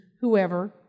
whoever